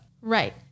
Right